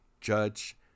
Judge